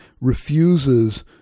refuses